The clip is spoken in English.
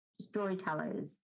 storytellers